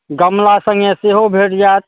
गमला सङ्गे सेहो भेट जायत